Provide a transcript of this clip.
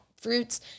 fruits